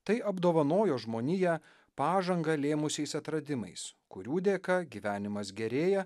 tai apdovanojo žmoniją pažangą lėmusiais atradimais kurių dėka gyvenimas gerėja